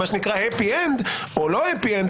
מה שנקרא happy end או לא happy end,